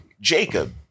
Jacob